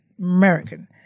American